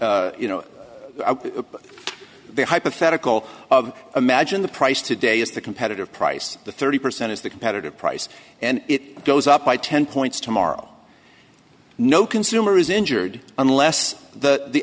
you know the hypothetical of imagine the price today is the competitive price the thirty percent is the competitive price and it goes up by ten points tomorrow no consumer is injured unless the